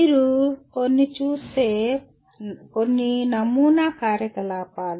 మీరు చూస్తే కొన్ని నమూనా కార్యకలాపాలు